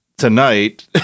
tonight